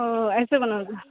ओ एसै बनाओल जाय